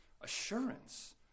Assurance